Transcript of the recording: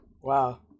Wow